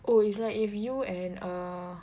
oh it's like if you and err